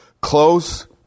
close